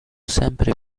stato